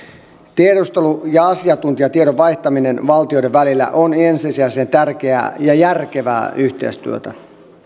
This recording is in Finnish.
tiedustelu ja asiantuntijatiedon vaihtaminen valtioiden välillä on ensisijaisen tärkeää ja järkevää yhteistyötä